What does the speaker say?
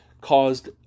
caused